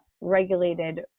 regulated